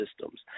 systems